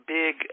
big